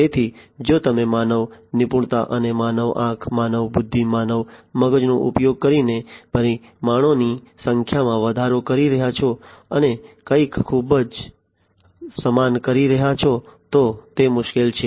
તેથી જો તમે માનવ નિપુણતા અને માનવ આંખ માનવ બુદ્ધિ માનવ મગજનો ઉપયોગ કરીને પરિમાણોની સંખ્યામાં વધારો કરી રહ્યાં છો અને કંઈક ખૂબ સમાન કરી રહ્યાં છો તો તે મુશ્કેલ છે